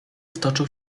wtoczył